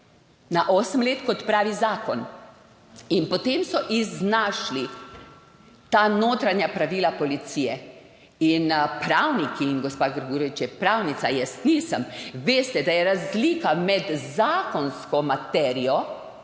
na osem let, kot pravi zakon. In potem so iznašli ta notranja pravila policije. In pravniki, in gospa Grgurevič je pravnica, jaz nisem, veste, da je razlika med zakonsko materijo